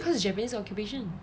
cause japanese occupation